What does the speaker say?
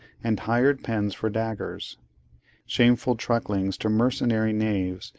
and hired pens for daggers shameful trucklings to mercenary knaves,